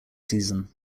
season